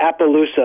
Appaloosa